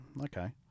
Okay